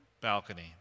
balcony